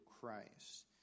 Christ